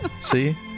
See